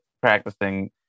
practicing